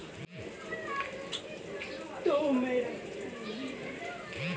National pension scheme এর সুদের হার কত?